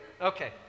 Okay